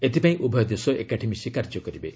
ଏଥିପାଇଁ ଉଭୟ ଦେଶ ଏକାଠି ମିଶି କାର୍ଯ୍ୟ କରିବେ